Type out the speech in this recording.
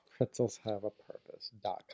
Pretzelshaveapurpose.com